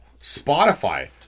Spotify